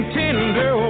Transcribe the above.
tender